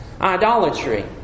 idolatry